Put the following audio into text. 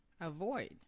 Avoid